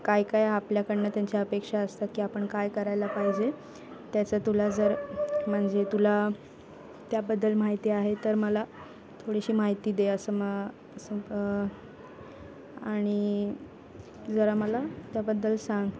काय काय आपल्याकडून त्यांच्या अपेक्षा असतात की आपण काय करायला पाहिजे त्याचं तुला जर म्हणजे तुला त्याबद्दल माहिती आहे तर मला थोडीशी माहिती दे असं मग असं आणि जरा मला त्याबद्दल सांग